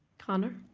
connor?